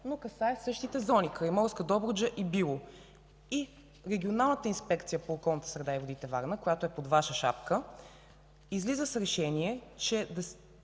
но касае същите зони – Крайморска Добруджа и Било. Регионалната инспекция по околната среда и водите – Варна, която е под Ваша шапка, излиза с решение, че